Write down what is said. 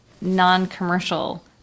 non-commercial